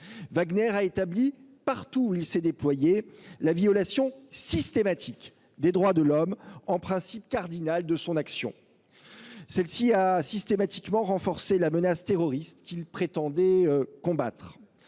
Wagner a établi, partout où il s'est déployé, la violation systématique des droits de l'homme comme principe cardinal de son action. Ce groupe a systématiquement renforcé la menace terroriste qu'il prétendait combattre.